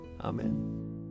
Amen